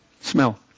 Smell